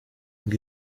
ngo